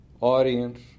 audience